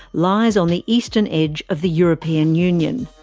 lies on the eastern edge of the european union.